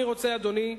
אדוני,